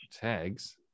tags